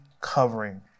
covering